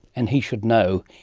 and he should know.